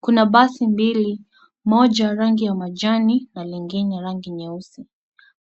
Kuna basi mbili, moja rangi ya majani na lingine rangi nyeusi.